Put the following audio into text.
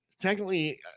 technically